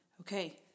Okay